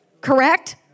correct